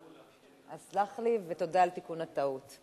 סלח לי ותודה על תיקון הטעות.